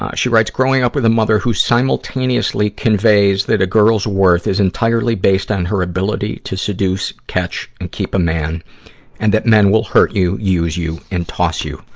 ah she writes, growing up with a mother who simultaneously conveys that a girl's worth is entirely based on her ability to seduce, catch, and keep a man and that men will hurt you, use you, and toss you.